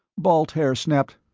balt haer snapped,